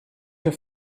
your